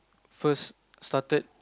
first started